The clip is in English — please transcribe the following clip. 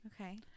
Okay